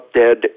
dead